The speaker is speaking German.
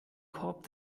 korb